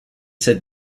stati